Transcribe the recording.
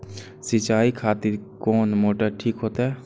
सीचाई खातिर कोन मोटर ठीक होते?